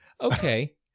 Okay